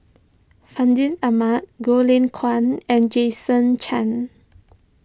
Fandi Ahmad Goh Lay Kuan and Jason Chan